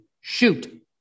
shoot